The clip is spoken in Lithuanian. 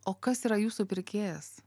o kas yra jūsų pirkėjas